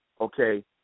okay